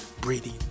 breathing